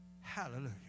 Hallelujah